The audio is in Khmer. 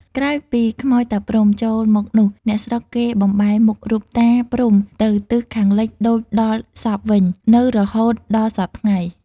ក្រោយពីខ្មោចតាព្រហ្ម ចូលមកនោះអ្នកស្រុកគេបំបែរមុខរូបតា ព្រហ្ម ទៅទិសខាងលិចដូចដល់សព្វវិញ នៅរហូតដល់សព្វថ្ងៃ ។